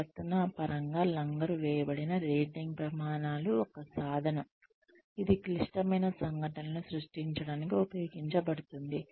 ప్రవర్తనాత్మకంగా లంగరు వేయబడిన రేటింగ్ ప్రమాణాలు ఒక సాధనం ఇది క్లిష్టమైన సంఘటనలను సృష్టించడానికి ఉపయోగించబడుతుంది